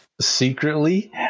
Secretly